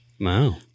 Wow